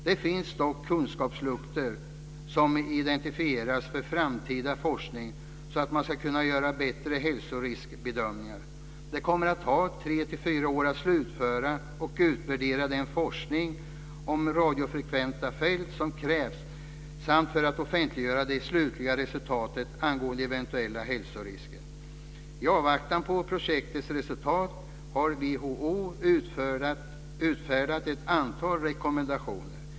Det finns dock kunskapsluckor som identifierats för framtida forskning så att man ska kunna göra bättre hälsoriskbedömningar. Det kommer att ta tre till fyra år att slutföra och utvärdera den forskning om radiofrekventa fält som krävs samt för att offentliggöra det slutliga resultatet angående eventuella hälsorisker. I avvaktan på projektets resultat har WHO utfärdat ett antal rekommendationer.